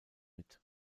mit